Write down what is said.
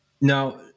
Now